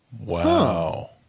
Wow